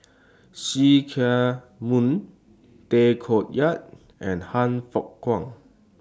See Chak Mun Tay Koh Yat and Han Fook Kwang